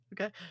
Okay